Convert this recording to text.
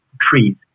trees